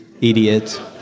idiot